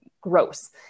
gross